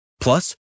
Plus